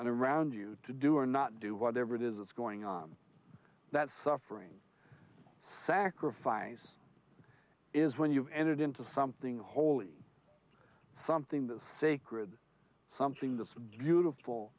around you to do or not do whatever it is that's going on that suffering sacrifice is when you've entered into something holy something that is sacred something that's beautiful